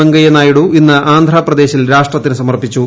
വെങ്കയ്യനായിപ്പിട്ടു ഇന്ന് ആന്ധ്രപ്രദേശിൽ രാഷ്ട്രത്തിന് സമർപ്പിച്ചു